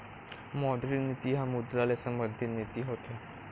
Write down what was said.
मौद्रिक नीति ह मुद्रा ले संबंधित नीति होथे